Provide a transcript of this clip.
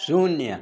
शून्य